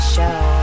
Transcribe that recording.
Show